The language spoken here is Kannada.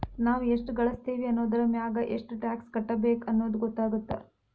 ನಾವ್ ಎಷ್ಟ ಗಳಸ್ತೇವಿ ಅನ್ನೋದರಮ್ಯಾಗ ಎಷ್ಟ್ ಟ್ಯಾಕ್ಸ್ ಕಟ್ಟಬೇಕ್ ಅನ್ನೊದ್ ಗೊತ್ತಾಗತ್ತ